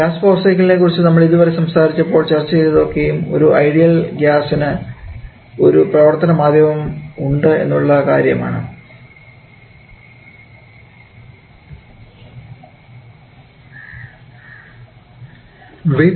gas power സൈക്കിളിനെ കുറിച്ച് നമ്മൾ ഇതുവരെ സംസാരിച്ചപ്പോൾ ചർച്ച ചെയ്തതൊക്കെയും ഒരു ഐഡിയൽ ഗ്യാസിന് ഒരു പ്രവർത്തന മാധ്യമം ഉണ്ട് എന്നുള്ള കാര്യം ആണ്